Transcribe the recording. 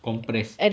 compress